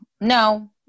no